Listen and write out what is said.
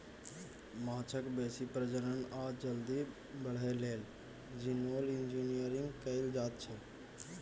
माछक बेसी प्रजनन आ जल्दी बढ़य लेल जीनोम इंजिनियरिंग कएल जाएत छै